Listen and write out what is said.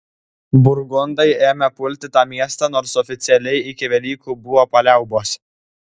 burgundai ėmė pulti tą miestą nors oficialiai iki velykų buvo paliaubos